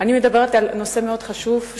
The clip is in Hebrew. אני מדברת על נושא מאוד חשוב,